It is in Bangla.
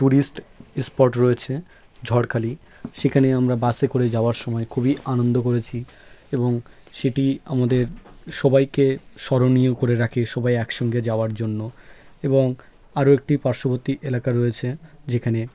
ট্যুরিস্ট স্পট রয়েছে ঝড়খালি সেখানে আমরা বাসে করে যাওয়ার সময় খুবই আনন্দ করেছি এবং সেটি আমাদের সবাইকে স্মরণীয় করে রাখে সবাই এক সঙ্গে যাওয়ার জন্য এবং আরও একটি পার্শ্ববর্তী এলাকা রয়েছে যেখানে